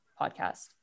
podcast